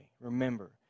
Remember